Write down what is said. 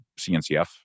CNCF